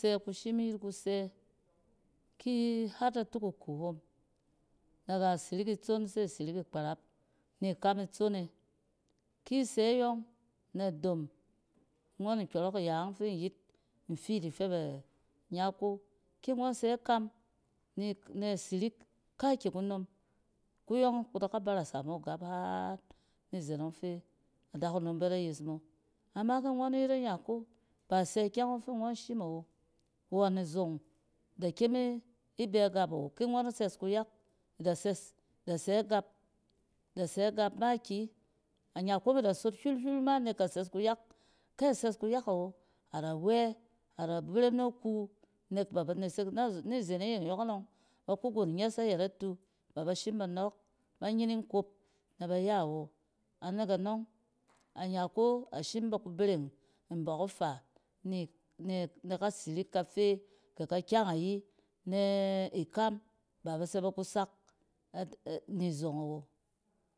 Fɛ kushim yet kusɛ, kii har atuk iku hom, daga sirik itson se sirik ikparap ni kam itson e. Ki nsɛ yͻng nɛ dom ngͻn nkyͻrͻk iya ͻng fi in yet in fiit in fɛ ba nyako. Ki ngͻn sɛ kam, ni nɛ sirik kaaki kunom, kuyͻng, ku da ka barasa moa gap har ni zen ͻng fɛ adakunom bida yes mo. Ama ke ngͻn yet anyako, ba ise kyɛng ͻng fi ngͻn shim awo, won izong, da kyem ibɛ gap awo. Ki ngͻn sɛs kuyak da sɛs, da sɛ gap, da sɛ gap makiyi. Anyako me da sot hywil-hywil ma nek a sɛs kuyak. Ke a sɛs kuyak awo, ada wɛ, ada berem na ku nek b aba nesek, ni zen iyeng yͻknͻng ba kugon nyɛs nayet atu baba shim ba nͻͻk banyining kob na bayawo. A tek anͻng, anyako a shim ba ku bereng nbͻk ifa ni-nɛ kasirik kafe kɛ kakyang ayi nɛ ikam ba batsɛ ku sak ni izong awo